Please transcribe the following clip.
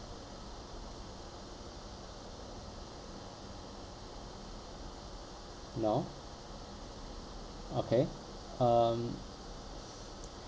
no okay um